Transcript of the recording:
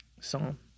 psalm